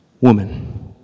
woman